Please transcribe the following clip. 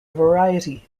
variety